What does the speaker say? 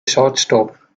shortstop